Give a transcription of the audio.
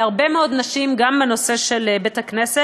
להרבה מאוד נשים גם בנושא של בית-הכנסת.